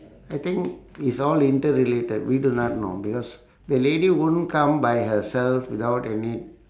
I think it's all interrelated we do not know because the lady wouldn't come by herself without any